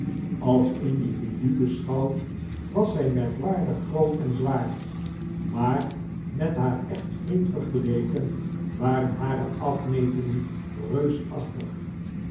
als individu beschouwd was zij merkwaardig groot en zwaar maar met haar echtwiend vergelekem waren hare afmetingen reusachtig